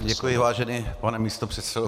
Děkuji, vážený pane místopředsedo.